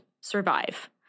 survive